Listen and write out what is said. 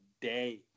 day